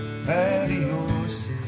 Adios